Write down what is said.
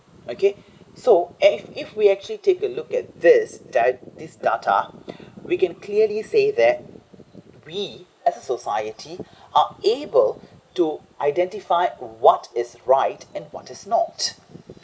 okay so if if we actually take a look at this that this data we can clearly say that we as a society are able to identify what is right and what is not